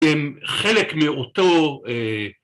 הם חלק מאותו